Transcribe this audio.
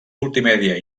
multimèdia